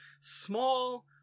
small